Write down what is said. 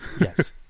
Yes